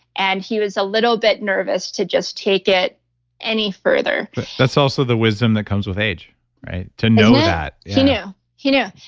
and he was a little bit nervous to just take it any further that's also the wisdom that comes with age to know that he knew, he knew.